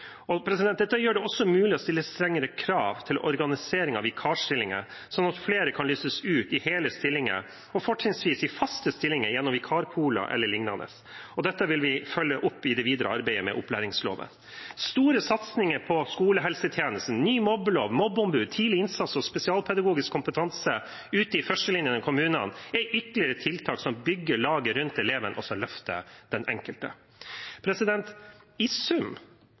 Dette gjør det også mulig å stille strengere krav til organiseringen av vikarstillinger, sånn at flere kan lyses ut i hele stillinger og fortrinnsvis i faste stillinger gjennom vikarpooler e.l. Dette vil vi følge opp i det videre arbeidet med opplæringsloven. Store satsinger på skolehelsetjenesten, ny mobbelov, mobbeombud, tidlig innsats og spesialpedagogisk kompetanse ute i førstelinjene i kommunene er ytterligere tiltak som bygger laget rundt eleven og løfter den enkelte. I sum